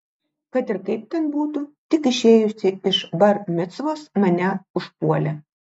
kad ir kaip ten būtų tik išėjusį iš bar micvos mane užpuolė